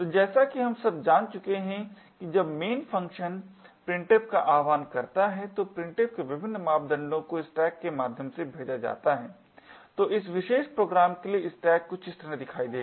तो जैसा कि हम अब तक जान चुके हैं कि जब main फंक्शन printf का आह्वान करता है तो printf के विभिन्न मापदंडों को स्टैक के माध्यम से भेजा जाता है तो इस विशेष प्रोग्राम के लिए स्टैक कुछ इस तरह दिखाई देगा